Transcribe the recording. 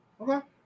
Okay